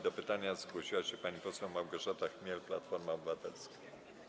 Do pytania zgłosiła się pani poseł Małgorzata Chmiel, Platforma Obywatelska.